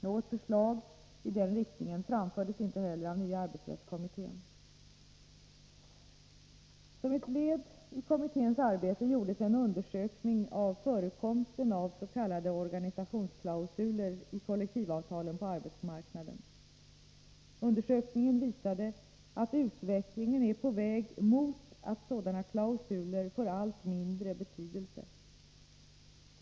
Något förslag i den riktningen framfördes inte heller av nya arbetsrättskommittén. Som ett led i kommitténs arbete gjordes en undersökning av förekomsten av s.k. organisationsklausuler i kollektivavtalen på arbetsmarknaden. Undersökningen visade att utvecklingen är på väg mot att sådana klausuler får allt mindre betydelse.